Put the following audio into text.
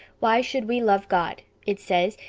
why should we love god it says,